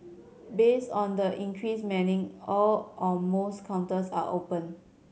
based on the increased manning all or most counters are open